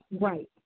Right